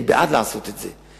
אני בעד לעשות את זה,